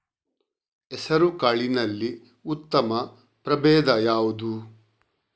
ಹೆಸರುಕಾಳಿನಲ್ಲಿ ಉತ್ತಮ ಪ್ರಭೇಧ ಯಾವುದು?